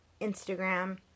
Instagram